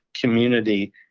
community